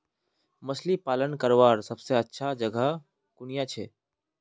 मछली पालन करवार सबसे अच्छा जगह कुनियाँ छे?